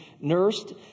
nursed